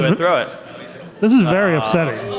um this is very upsetting.